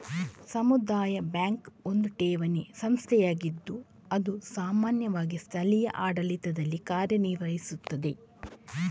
ಸಮುದಾಯ ಬ್ಯಾಂಕು ಒಂದು ಠೇವಣಿ ಸಂಸ್ಥೆಯಾಗಿದ್ದು ಅದು ಸಾಮಾನ್ಯವಾಗಿ ಸ್ಥಳೀಯ ಆಡಳಿತದಲ್ಲಿ ಕಾರ್ಯ ನಿರ್ವಹಿಸ್ತದೆ